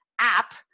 app